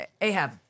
Ahab